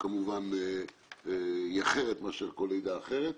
שכמובן היא אחרת מאשר כל לידה אחרת,